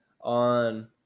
On